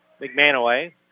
McManaway